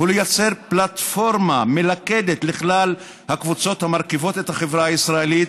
היא לייצר פלטפורמה מלכדת לכלל הקבוצות המרכיבות את החברה הישראלית,